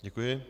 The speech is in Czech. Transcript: Děkuji.